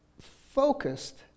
focused